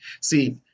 See